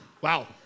Wow